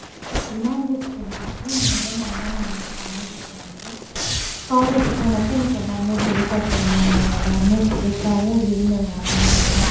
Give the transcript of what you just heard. விநாயக சதுர்த்திக்கு மொதல் நாள் தான் நான் வந்து காலேஜ் போனது காலேஜ் போனப்போ எனக்கு எல்லாருமே புதுசாக தெரிஞ்சாங்க அங்கே எல்லாருமே புதுசாகவும் இருந்தது நடந்ததெல்லாம்